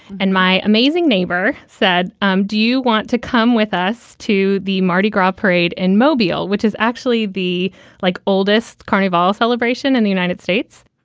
and my amazing neighbor said, um do you want to come with us to the mardi gras parade in mobile, which is actually the like oldest carnival celebration in the united states.